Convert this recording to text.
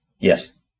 Yes